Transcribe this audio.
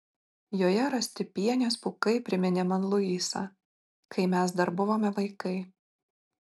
joje rasti pienės pūkai priminė man luisą kai mes dar buvome vaikai